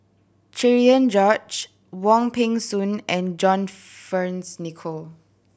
Cherian George Wong Peng Soon and John Fearns Nicoll